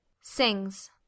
Sings